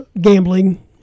gambling